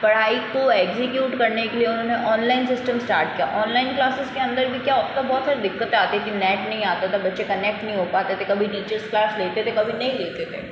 पढ़ाई को ऐग्ज़ीक्यूट करने के लिए उन्होंने ऑनलाइन सिस्टम स्टार्ट किया ऑनलाइन क्लासिज़ के अंदर भी क्या होता बहुत सारी दिक्कतें आती थीं नेट नहीं आता था बच्चे कनैक्ट नहीं हो पाते थे कभी टीचर्स क्लास लेते थे कभी नहीं लेते थे